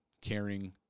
caring